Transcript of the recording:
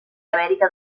amèrica